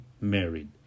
married